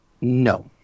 no